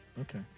Okay